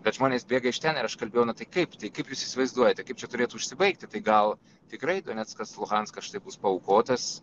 kad žmonės bėga iš ten ir aš kalbėjau na tai kaip tai kaip jūs įsivaizduojate kaip čia turėtų užsibaigti tai gal tikrai doneckas luhanskas štai bus paaukotas